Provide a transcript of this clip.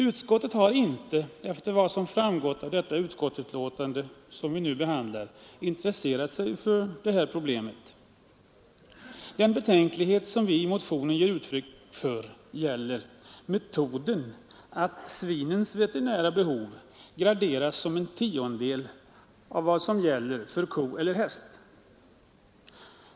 Utskottet har inte efter vad jag förstår av det utskottsbetänkande som vi nu behandlar intresserat sig för det problemet. De betänkligheter som vi i motionen ger uttryck för gäller metoden att gradera svinens veterinära behov som en tiondel av vad som gäller för ko eller häst.